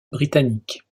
britannique